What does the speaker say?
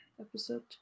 episode